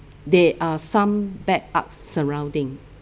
there are some bad arts surrounding